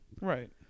Right